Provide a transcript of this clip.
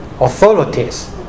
authorities